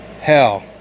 Hell